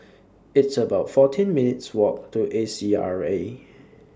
It's about fourteen minutes' Walk to A C R A